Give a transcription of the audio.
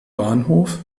bahnhof